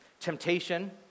temptation